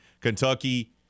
Kentucky